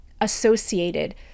associated